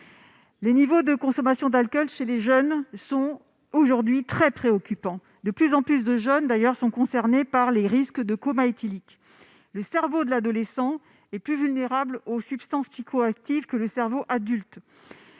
Les niveaux de consommation d'alcool dans cette catégorie de la population sont aujourd'hui très préoccupants. De plus en plus de jeunes, d'ailleurs, sont concernés par les risques de coma éthylique. Le cerveau de l'adolescent étant plus vulnérable aux substances psychoactives que le cerveau adulte,